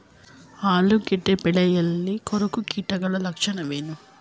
ಆಲೂಗೆಡ್ಡೆ ಬೆಳೆಯಲ್ಲಿ ಕೊರಕ ಕೀಟದ ಲಕ್ಷಣವೇನು?